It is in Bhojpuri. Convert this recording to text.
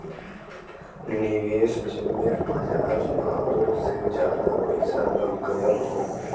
निवेस जिम्मे बजार भावो से जादा पइसा लग गएल हौ